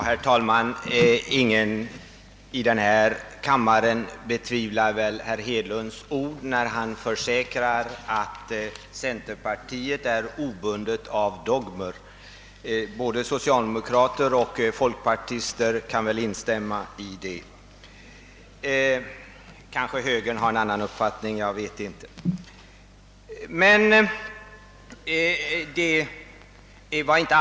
Herr talman! Ingen i denna kamma re tvivlar väl på herr Hedlunds ord, när han säger att centerpartiet är obundet av dogmer. Både socialdemokrater och folkpartister kan väl instämma i det. Högern kanske har en annan uppfattning, det vet jag inte.